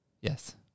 Yes